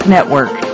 Network